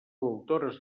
autores